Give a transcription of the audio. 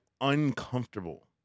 uncomfortable